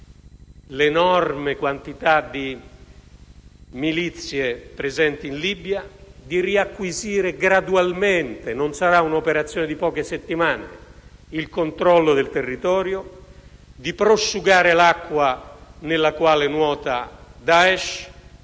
l'enorme quantità di milizie presenti in Libia, di riacquisire gradualmente - non sarà un'operazione di poche settimane - il controllo del territorio, di prosciugare l'acqua nella quale nuota Daesh,